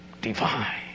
divine